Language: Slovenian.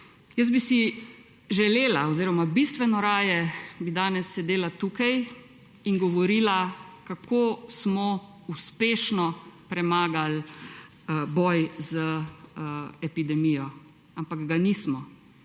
ki so bile narejene. Bistveno raje bi danes sedela tukaj in govorila, kako smo uspešno premagali boj z epidemijo, ampak ga nismo.